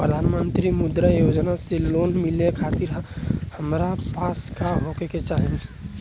प्रधानमंत्री मुद्रा योजना से लोन मिलोए खातिर हमरा पास का होए के चाही?